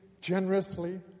generously